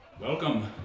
Welcome